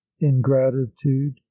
ingratitude